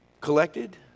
collected